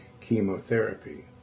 chemotherapy